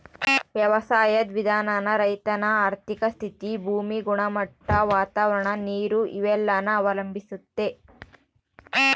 ವ್ಯವಸಾಯುದ್ ವಿಧಾನಾನ ರೈತನ ಆರ್ಥಿಕ ಸ್ಥಿತಿ, ಭೂಮಿ ಗುಣಮಟ್ಟ, ವಾತಾವರಣ, ನೀರು ಇವೆಲ್ಲನ ಅವಲಂಬಿಸ್ತತೆ